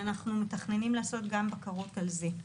ואנחנו מתכננים לעשות גם בקרות על זה.